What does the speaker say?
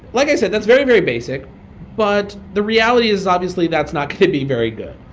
like i said, that's very, very basic but the reality is obviously that's not going to be very good.